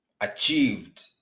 achieved